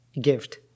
Gift